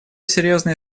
серьезные